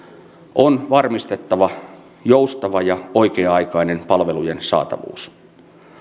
on varmistettava joustava ja oikea aikainen palvelujen saatavuus